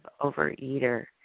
overeater